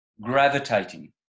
gravitating